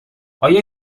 آیا